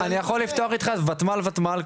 אני יכול לפתוח איתך ותמ"ל ותמ"ל,